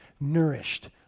nourished